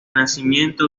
nacimiento